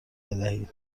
بدهید